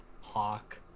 Hawk